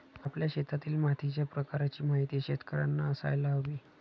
आपल्या शेतातील मातीच्या प्रकाराची माहिती शेतकर्यांना असायला हवी